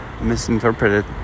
...misinterpreted